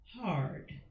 hard